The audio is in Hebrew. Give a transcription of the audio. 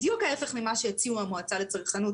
בדיוק ההפך ממה שהציעו המועצה לצרכנות.